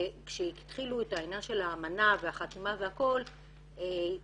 כשהתחילו את העניין של האמנה והחתימה והכל הצטרפתי